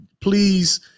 please